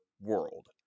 world